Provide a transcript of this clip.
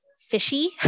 fishy